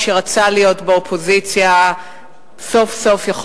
מי שרצה להיות באופוזיציה סוף-סוף יכול